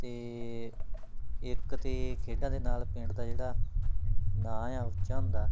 ਅਤੇ ਇੱਕ ਤਾਂ ਖੇਡਾਂ ਦੇ ਨਾਲ ਪਿੰਡ ਦਾ ਜਿਹੜਾ ਨਾਂ ਆ ਉੱਚਾ ਹੁੰਦਾ